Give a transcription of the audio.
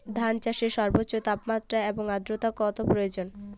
ধান চাষে সর্বোচ্চ তাপমাত্রা কত এবং আর্দ্রতা কত প্রয়োজন?